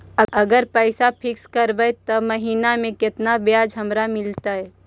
अगर पैसा फिक्स करबै त महिना मे केतना ब्याज हमरा मिलतै?